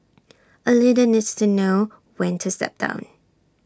A leader needs to know when to step down